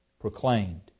proclaimed